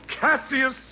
Cassius